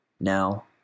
Now